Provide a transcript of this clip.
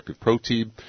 protein